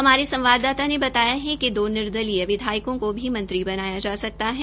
हमारे संवाददाता ने बताया कि दो निर्दलीय विधायकों को भी मंत्री बनाया जा सकता है